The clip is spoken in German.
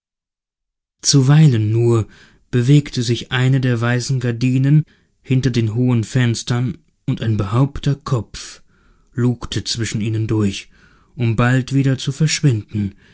zuweilen nur bewegte sich eine der weißen gardinen hinter den hohen fenstern und ein behaubter kopf lugte zwischen ihnen durch um bald wieder zu verschwinden